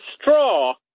straw